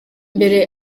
mbere